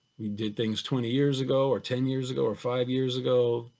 we did things twenty years ago or ten years ago or five years ago,